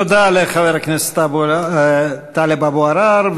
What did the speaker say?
תודה לחבר הכנסת טלב אבו עראר.